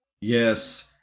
Yes